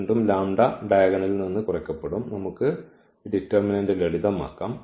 വീണ്ടും ഡയഗണലിൽ നിന്ന് കുറയ്ക്കപ്പെടും നമുക്ക് ഈ ഡിറ്റർമിനന്റ് ലളിതമാക്കാം